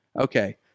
Okay